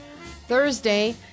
Thursday